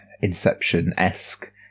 Inception-esque